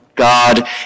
God